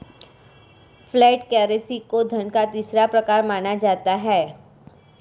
flat currency को धन का तीसरा प्रकार माना जाता है